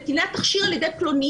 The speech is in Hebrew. נטילת תכשיר על ידי פלוני,